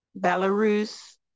Belarus